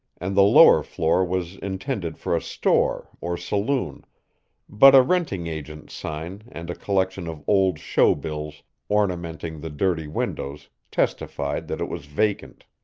and the lower floor was intended for a store or saloon but a renting agent's sign and a collection of old show-bills ornamenting the dirty windows testified that it was vacant.